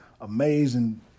Amazing